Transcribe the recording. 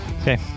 Okay